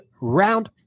round